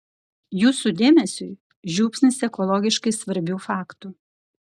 jūsų dėmesiui žiupsnis ekologiškai svarbių faktų